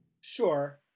Sure